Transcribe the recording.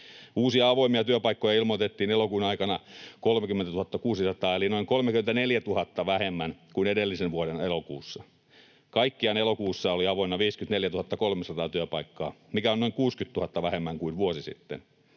Uusia avoimia työpaikkoja ilmoitettiin elokuun aikana 30 600 eli noin 34 000 vähemmän kuin edellisen vuoden elokuussa. Kaikkiaan elokuussa oli avoinna 54 300 työpaikkaa, mikä on noin 60 000 vähemmän kuin vuosi sitten.